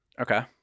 okay